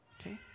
okay